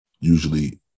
usually